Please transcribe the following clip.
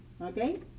okay